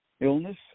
illness